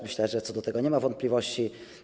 Myślę, że co do tego nie ma wątpliwości.